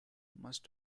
must